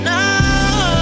Now